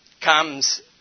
comes